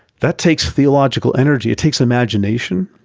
that takes theological energy, it takes imagination,